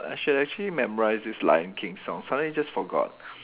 I should actually memorise this lion king song suddenly just forgot